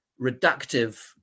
reductive